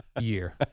year